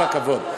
וכל הכבוד.